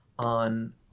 on